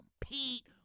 compete